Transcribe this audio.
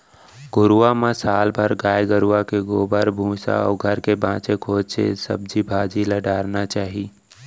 घुरूवा म साल भर गाय गरूवा के गोबर, भूसा अउ घर के बांचे खोंचे सब्जी भाजी ल डारना चाही